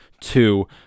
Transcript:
two